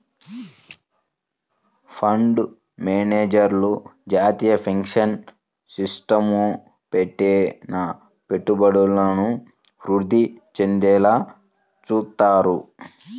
fund మేనేజర్లు జాతీయ pension సిస్టమ్లో పెట్టిన పెట్టుబడులను వృద్ధి చెందేలా చూత్తారు